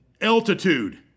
altitude